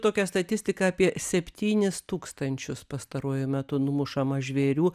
tokią statistiką apie septynis tūkstančius pastaruoju metu numušama žvėrių